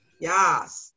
Yes